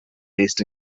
based